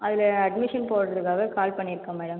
அதில் அட்மிஷன் போடுறதுக்காக கால் பண்ணியிருக்கேன் மேடம்